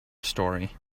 story